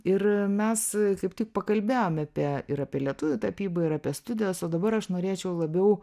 ir mes kaip tik pakalbėjom apie ir apie lietuvių tapybą ir apie studijas o dabar aš norėčiau labiau